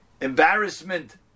embarrassment